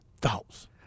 thoughts